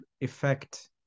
effect